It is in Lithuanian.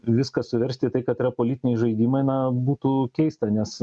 viską suversti tai kad yra politiniai žaidimai na būtų keista nes